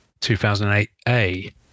2008A